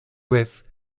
vez